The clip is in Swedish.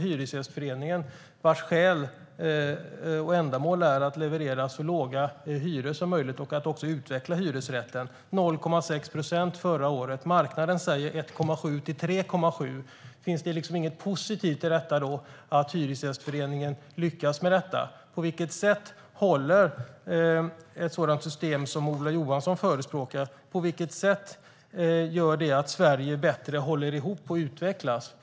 Hyresgästföreningen försvagas, vars skäl och ändamål är att leverera så låga hyror som möjligt och att utveckla hyresrätten. Det blev 0,6 procent förra året. Marknaden säger 1,7-3,7 procent. Finns det inget positivt i att Hyresgästföreningen lyckas med detta? På vilket sätt håller ett sådant system som Ola Johansson förespråkar? På vilket sätt gör det att Sverige bättre håller ihop och utvecklas?